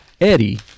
Eddie